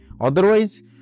Otherwise